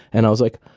and i was like,